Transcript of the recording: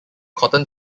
cotton